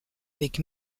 avec